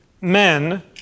men